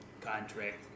contract